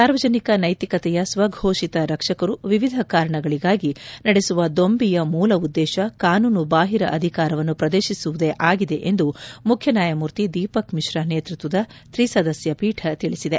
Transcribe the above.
ಸಾರ್ವಜನಿಕ ನೈತಿಕತೆಯ ಸ್ವಘೋಷಿತ ರಕ್ಷಕರು ವಿವಿಧ ಕಾರಣಗಳಿಗಾಗಿ ನಡೆಸುವ ದೊಂಬಿಯ ಮೂಲ ಉದ್ದೇಶ ಕಾನೂನುಬಾಹಿರ ಅಧಿಕಾರವನ್ನು ಪ್ರದರ್ಶಿಸುವುದೇ ಆಗಿದೆ ಎಂದು ಮುಖ್ಯ ನ್ಯಾಯಮೂರ್ತಿ ದೀಪಕ್ ಮಿಶ್ರಾ ನೇತೃತ್ವದ ತ್ರಿಸದಸ್ಕ ಪೀಠ ತಿಳಿಸಿದೆ